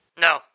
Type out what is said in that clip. No